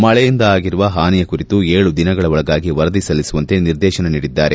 ಮಳೆಯಿಂದ ಆಗಿರುವ ಹಾನಿಯ ಕುರಿತು ಏಳು ದಿನಗಳೊಳಗಾಗಿ ವರದಿ ಸಲ್ಲಿಸುವಂತೆ ನಿರ್ದೇಶನ ನೀಡಿದ್ದಾರೆ